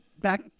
back